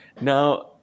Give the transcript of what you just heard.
Now